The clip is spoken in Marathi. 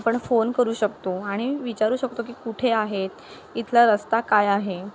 आपण फोन करू शकतो आणि विचारू शकतो की कुठे आहेत इथला रस्ता काय आहे